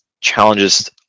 challenges